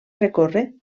recórrer